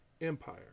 empire